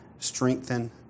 Strengthen